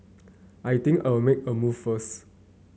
I think I'll make a move first